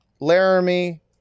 laramie